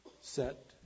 set